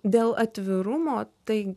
dėl atvirumo tai